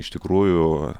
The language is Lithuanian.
iš tikrųjų